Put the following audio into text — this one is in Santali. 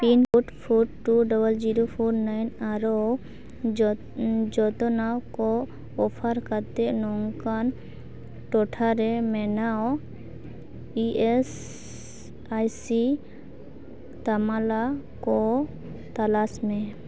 pin code four two double zero four nine ᱟᱨᱚ ᱡᱚᱛ ᱡᱚᱛᱚᱱᱟᱣ ᱠᱚ ᱚᱯᱷᱟᱨ ᱠᱟᱛᱮ ᱱᱚᱝᱠᱟᱱ ᱴᱚᱴᱷᱟᱨᱮ ᱢᱮᱱᱟᱣ ᱤ ᱮᱹᱥ ᱟᱭ ᱥᱤ ᱛᱟᱢᱟᱞᱟ ᱠᱚ ᱛᱚᱞᱟᱥᱢᱮ